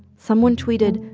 someone tweeted,